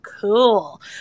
cool